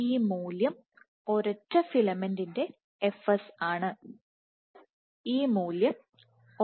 ഈ മൂല്യം ഒരൊറ്റ ഫിലമെന്റിൻറെ fs ആണ്